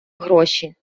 гроші